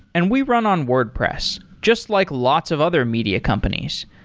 and we run on wordpress just like lots of other media companies,